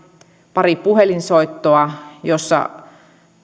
pari puhelinsoittoa joissa